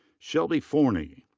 shelby forney.